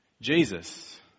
Jesus